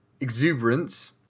exuberance